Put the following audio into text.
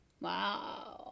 Wow